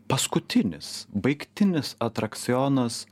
paskutinis baigtinis atrakcionas